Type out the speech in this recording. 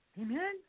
Amen